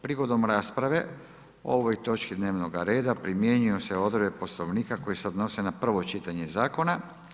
Prigodom rasprave o ovoj točki dnevnog reda primjenjuju se odredbe Poslovnika koje se odnose na prvo čitanje zakona.